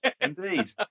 Indeed